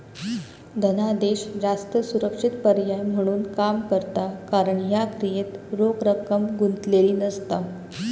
धनादेश जास्त सुरक्षित पर्याय म्हणून काम करता कारण ह्या क्रियेत रोख रक्कम गुंतलेली नसता